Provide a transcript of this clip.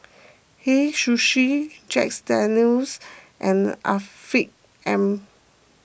Hei Sushi Jack Daniel's and Afiq M